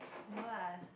no lah